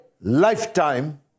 lifetime